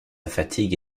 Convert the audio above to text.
fatigue